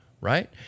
right